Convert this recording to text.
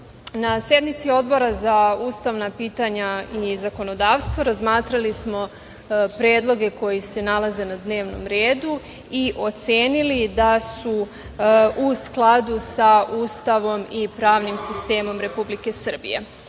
na sednici Odbora za ustavna pitanja i zakonodavstvo, razmatrali smo predloge koji se nalaze na dnevnom redu i ocenili da su u skladu sa Ustavom i pravnim sistemom Republike Srbije. Verujem